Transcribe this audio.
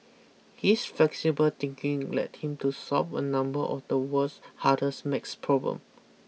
his flexible thinking led him to solve a number of the world's hardest math problem